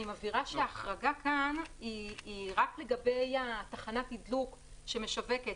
אני מבהירה שההחרגה כאן היא רק לגבי תחנת התדלוק שמשווקת.